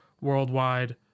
worldwide